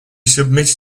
submitted